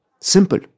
Simple